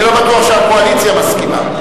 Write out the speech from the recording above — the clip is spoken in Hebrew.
כהצעת הוועדה, נתקבלו.